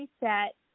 reset